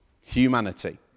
humanity